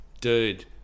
dude